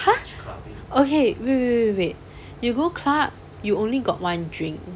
!huh! okay wait wait wait wait wait you go club you only got one drink